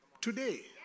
today